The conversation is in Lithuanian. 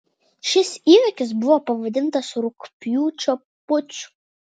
šis įvykis buvo pavadintas rugpjūčio puču